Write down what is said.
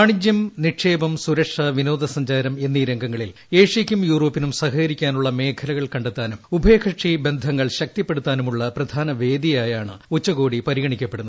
വാണിജ്യം നിക്ക്ഷേപം സുരക്ഷ വിനോദസഞ്ചാരം എന്നീ രംഗങ്ങളിൽ ഏഷ്യക്കും യൂറോപ്പിനും സഹകരിക്കാനുള്ള മേഖലകൾ കണ്ടെത്താനും ഉഭയകക്ഷി ബന്ധങ്ങൾ ശക്തിപ്പെടുത്താനുമുള്ള പ്രധാന വേദിയായാണ് ഉച്ചകോടി പരിഗണിക്കപ്പെടുന്നത്